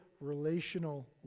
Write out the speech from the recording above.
relational